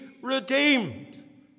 redeemed